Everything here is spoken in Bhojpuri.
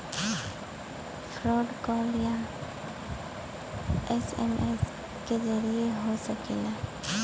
फ्रॉड कॉल या एस.एम.एस के जरिये हो सकला